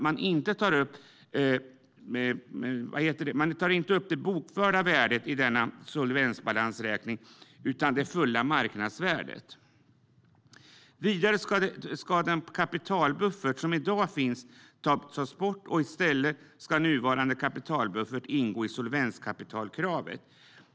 Man tar inte upp det bokförda värdet i denna solvensbalansräkning utan det fulla marknadsvärdet. Vidare ska den kapitalbuffert som i dag finns tas bort. I stället ska nuvarande kapitalbuffert ingå i solvenskapitalkravet.